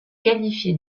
qualifiées